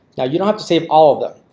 now, you don't have to save all of them.